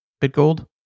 Bitgold